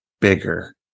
bigger